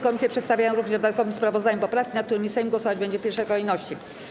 Komisje przedstawiają również w dodatkowym sprawozdaniu poprawki, nad którymi Sejm głosować będzie w pierwszej kolejności.